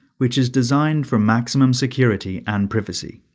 which is designed for maximum security and privacy.